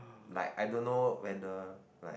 like I don't know when the like